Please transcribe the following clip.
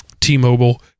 t-mobile